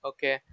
Okay